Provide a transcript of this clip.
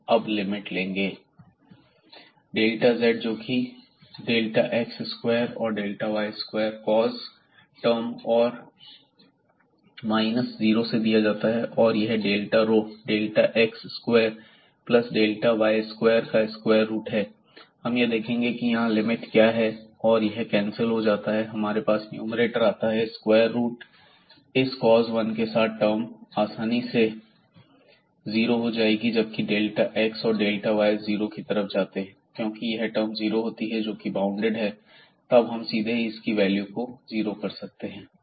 zf0x0y f00 x2y2cos 1x2y2 delta z जोकि delta x square और delta y square cos term और minus 0 से दिया जाता है और यह डेल्टा रोडेल्टा x square plus delta y square का स्क्वायर रूट है हम यह देखेंगे कि यहां लिमिट क्या है यह और यह कैंसिल हो जाता है हमारे पास न्यूमैरेटर आता है स्क्वायर रूट इस cos 1 के साथ यह टर्म आसानी से जीरो हो जाएगी जबकि डेल्टा x और डेल्टा y जीरो की तरफ जाते हैं क्योंकि यह टर्म 0 होती है जोकि बॉउंडेड है तब हम सीधे ही इसकी वैल्यू को जीरो कर सकते हैं